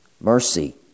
mercy